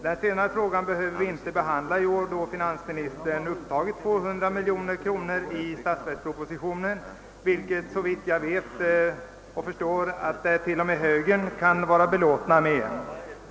Den senare frågan behöver vi inte behandla i år, eftersom finansministern tagit upp 200 miljoner kronor i statsverkspropositionen, vilket såvitt jag förstår t.o.m. högern måste vara belåten med.